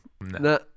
no